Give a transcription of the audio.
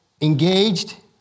engaged